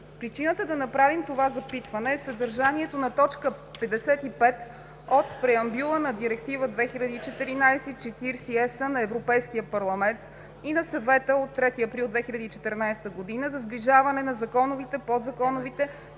Причината да направим това запитване е съдържанието на т. 55 от Преамбюла на Директива 2014/40/ЕС на Европейския парламент и на Съвета от 3 април 2014 г. за сближаване на законовите, подзаконовите